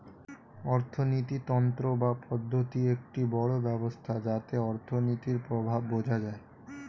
অর্থিনীতি তন্ত্র বা পদ্ধতি একটি বড় ব্যবস্থা যাতে অর্থনীতির প্রভাব বোঝা যায়